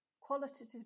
Qualitative